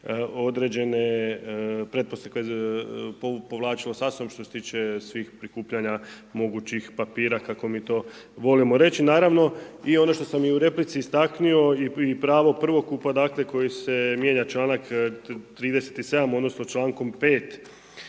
određene pretpostavke povlačilo sa sobom što se tiče svih prikupljanja mogućih papira, kako mi to volimo reći. Naravno i ono što sam u replici istaknio i pravo prvokupa koji se mijenja članak 37., odnosno člankom 5.